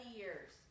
years